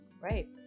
Right